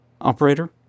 Operator